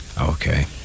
Okay